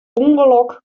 ûngelok